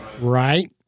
Right